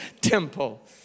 temple